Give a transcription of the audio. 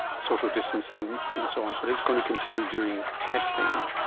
social distancing and so on, but it's going to continue doing testing.